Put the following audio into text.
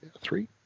three